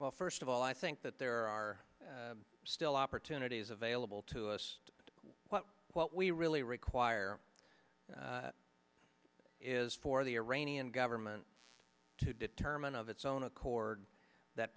well first of all i think that there are still opportunities available to us and what what we really require is for the iranian government to determine of its own accord that